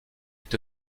est